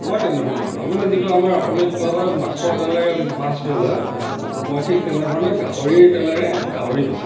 মই তেনেধৰণে বনাওঁ মানে যিটো আমাৰ অসমীয়াত কোৱা হয় মাছৰ তেলেৰে মাছ ভজা মই ঠিক তেনেধৰণে গাহৰিৰ তেলেৰে গাহৰি ভাজোঁ